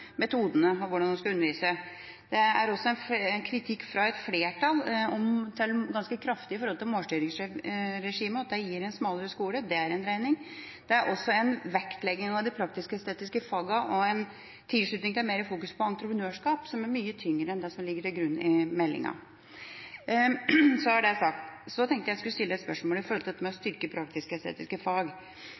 metodene og hvordan man skal undervise. Det kommer en ganske kraftig kritikk fra et flertall om målstyringsregimet – at det gir en smalere skole. Det er en dreining. Det er også en vektlegging av de praktisk-estetiske fagene og en tilslutning til mer fokus på entreprenørskap, som er mye tyngre enn det som ligger til grunn i meldinga. Så er det sagt. Så tenkte jeg at jeg skulle stille et spørsmål i forbindelse med dette å styrke praktisk-estetiske fag. Vi har foreslått at praktisk-estetiske fag